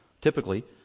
typically